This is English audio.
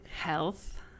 health